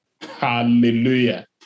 Hallelujah